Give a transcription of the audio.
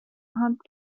haunt